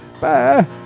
Bye